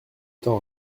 temps